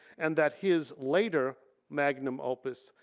and that his later magnum opus,